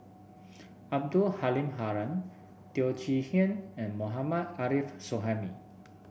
Abdul Halim Haron Teo Chee Hean and Mohammad Arif Suhaimi